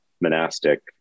monastic